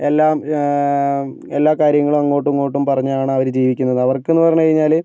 എല്ലാം എല്ലാ കാര്യങ്ങളും അങ്ങോട്ടും ഇങ്ങോട്ടും പറഞ്ഞാണ് അവര് ജീവിക്കുന്നത് അവർക്കെന്ന് പറഞ്ഞ് കഴിഞ്ഞാല്